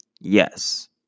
Yes